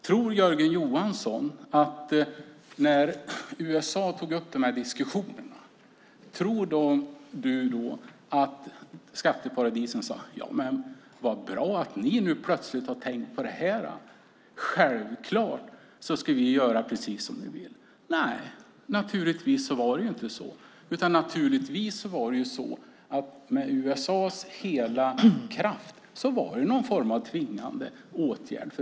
Tror Jörgen Johansson att när USA tog upp diskussionerna att skatteparadisen tyckte att det var bra att USA plötsligt börjat tänka på det och att de självklart skulle göra precis som USA vill? Nej, naturligtvis var det inte så. Naturligtvis var det med USA:s hela kraft någon form av tvingande åtgärd.